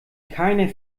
keiner